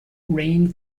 rain